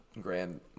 Grand